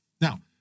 now